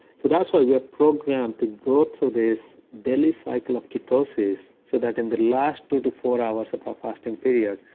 so that's why we are programed to go through this daily cycle of ketosis, so that in the last two to four hours of our fasting period,